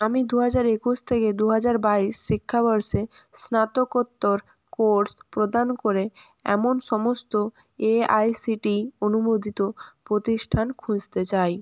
আমি দু হাজার একুশ থেকে দু হাজার বাইশ শিক্ষাবর্ষে স্নাতকোত্তর কোর্স প্রদান করে এমন সমস্ত এআইসিটিই অনুমোদিত প্রতিষ্ঠান খুঁজতে চাই